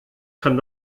kann